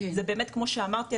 זה באמת כמו שאמרתי,